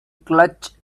clutch